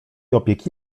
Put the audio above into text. opieki